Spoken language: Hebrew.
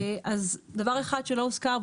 דבר אחד שלא הוזכר,